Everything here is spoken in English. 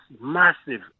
massive